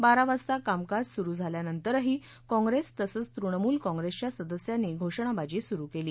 बारा वाजता कामकाज सुरू झाल्यानंतरही काँग्रस्तीतसंच तृणमूल काँग्रस्त्रिया सदस्यांनी घोषणाबाजी सुरू कली